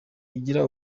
igira